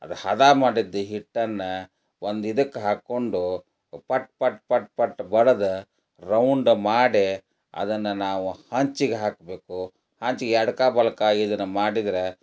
ಅದು ಹದ ಮಾಡಿದ ಹಿಟ್ಟನ್ನು ಒಂದು ಇದಕ್ಕೆ ಹಾಕ್ಕೊಂಡು ಪಟ್ ಪಟ್ ಪಟ್ ಪಟ್ ಬಡಿದು ರೌಂಡ ಮಾಡಿ ಅದನ್ನು ನಾವು ಹೆಂಚಿಗೆ ಹಾಕಬೇಕು ಹೆಂಚಿಗೆ ಎಡಕ್ಕ ಬಲಕ್ಕ ಇದನ್ನ ಮಾಡಿದರೆ